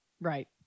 Right